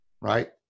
right